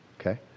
okay